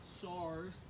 SARS